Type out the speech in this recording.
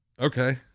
Okay